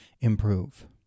Improve